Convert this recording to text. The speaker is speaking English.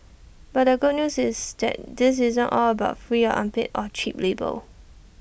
but the good news is that this isn't all about free or unpaid or cheap labour